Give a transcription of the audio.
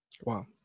Wow